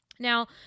Now